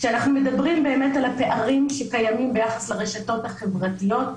כשאנחנו מדברים על הפערים שקיימים ביחס לרשתות החברתיות,